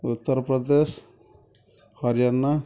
Uttar Pradesh Haryana